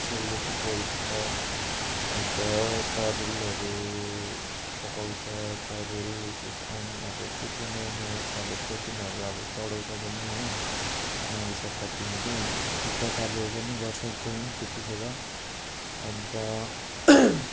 सेलरोटी पोल्छ अन्त तरुलहरू पकाउँछ तरुल इस्कुस आउने अब के के नयाँ नयाँ फलहरू छ तिनीहरू अब चढाउँछ पनि हो माघे सङ्क्रान्तिमा चाहिँ टिकाटालो पनि गर्छ त्यहीँ त्यतिखेर अन्त